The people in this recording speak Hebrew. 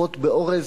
עופות באורז,